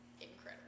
incredible